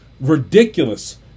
ridiculous